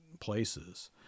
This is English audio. places